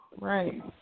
Right